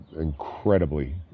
incredibly